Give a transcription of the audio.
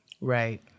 Right